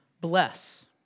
bless